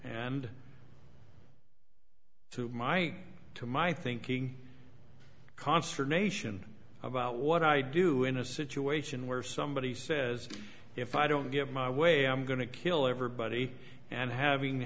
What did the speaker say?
and to my to my thinking consternation about what i do in a situation where somebody says if i don't get my way i'm going to kill everybody and having